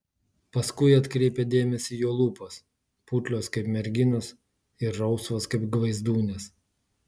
paskui atkreipia dėmesį jo lūpos putlios kaip merginos ir rausvos kaip gvaizdūnės